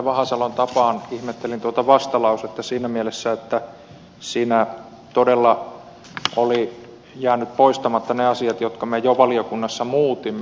vahasalon tapaan ihmettelin tuota vastalausetta siinä mielessä että siinä todella olivat jääneet poistamatta ne asiat jotka me jo valiokunnassa muutimme